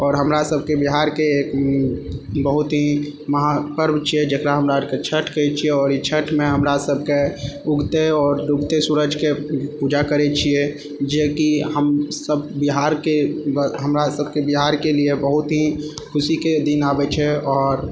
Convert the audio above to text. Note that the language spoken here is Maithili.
आओर हमरा सबके बिहारके बहुत ही महापर्व छियै जकरा हमरा अरके छठ कहै छियै आओर छठमे हमरा सबके उगते आओर डूबते सूरजके पूजा करै छियै जेकि हम सब बिहारके हमरा सबके बिहारके लिए बहुत ही खुशीके दिन आबै छै आओर